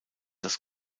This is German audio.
das